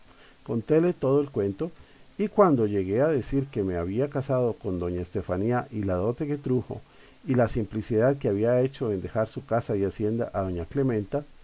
perfeta contéle todo el cuento y cuand o llegué a decir que me había casado con doña estefanía y la dote que trujo y la simplicidad que había hecho en dejar su casa y hacienda a doña clementa